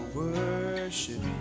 worship